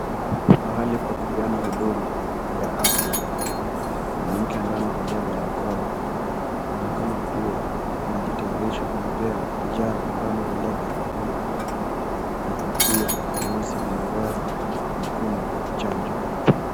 Mahali pa kupeana huduma ya afya. Mwanamke ambaye amevalia barakoa, anaonekana kuwa anajitayarisha kumpea kijana ambaye amevalia barakoa na kofia nyeusi na mavazi mekundu chanjo.